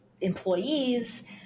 employees